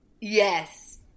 Yes